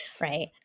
right